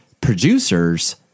producers